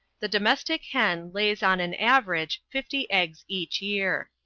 the domestic hen lays on an average fifty eggs each year.